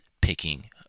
picking